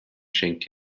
schenkt